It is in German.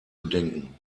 bedenken